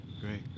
Great